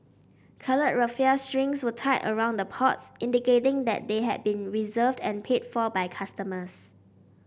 coloured raffia strings were tied around the pots indicating they had been reserved and paid for by customers